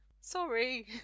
Sorry